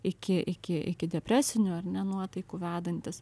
iki iki iki depresinių ar ne nuotaikų vedantis